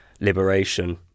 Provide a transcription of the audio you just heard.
liberation